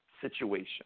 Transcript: situation